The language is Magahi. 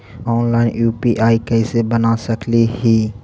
ऑनलाइन यु.पी.आई कैसे बना सकली ही?